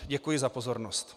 Děkuji za pozornost.